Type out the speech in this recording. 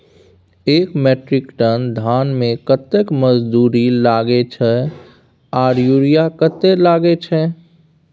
एक metric ton धान में कतेक मजदूरी लागे छै आर यूरिया कतेक लागे छै?